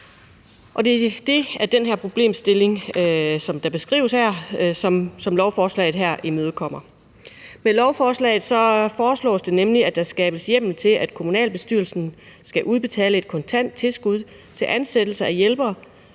det er den problemstilling, som beskrives her, og som lovforslaget her imødegår. Med lovforslaget foreslås det nemlig, at der skabes hjemmel til, at kommunalbestyrelsen skal udbetale et kontant tilskud til ansættelse af hjælpere